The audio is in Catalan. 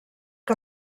que